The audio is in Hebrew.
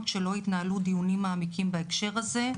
שלא התנהלו דיונים מעמיקים בהקשר הזה.